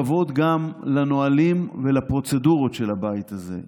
הכבוד גם לנהלים ולפרוצדורות של הבית הזה.